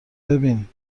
ببین